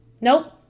nope